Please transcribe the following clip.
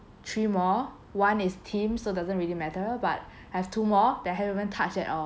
three more one is team so doesn't really matter but have two more that I haven't even touch at all